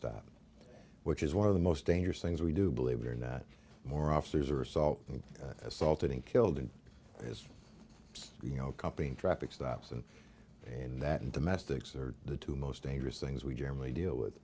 stop which is one of the most dangerous things we do believe it or not more officers are assault and assaulted and killed and as you know copping traffic stops and and that and domestics are the two most dangerous things we generally deal